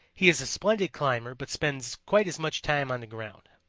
he is a splendid climber but spends quite as much time on the ground.